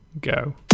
go